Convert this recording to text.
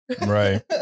Right